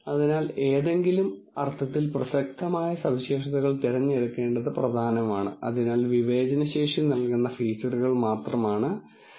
അതിനാൽ അവിടെയാണ് ആത്മനിഷ്ഠത വരുന്നത് എന്നാൽ ഉത്തരങ്ങൾ അർത്ഥവത്താണെങ്കിൽ അനുമാനങ്ങൾക്ക് അനുസൃതമായി ഡാറ്റ സംഘടിപ്പിക്കാൻ സാധ്യതയുണ്ടെന്ന് നമ്മൾ പറയും